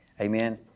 Amen